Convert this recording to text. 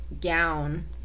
gown